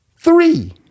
three